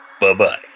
Bye-bye